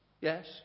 Yes